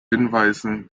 hinweisen